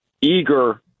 eager